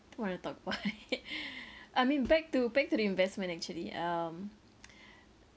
don't want to talk about it I mean back to back to the investment actually um